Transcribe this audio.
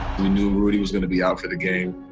we knew rudy was gonna be out for the game.